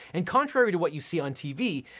and contrary to what you see on tv,